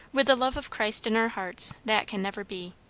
with the love of christ in our hearts, that can never be.